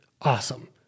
Awesome